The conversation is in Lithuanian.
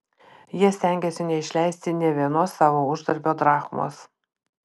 jie stengėsi neišleisti nė vienos savo uždarbio drachmos